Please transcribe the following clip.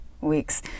weeks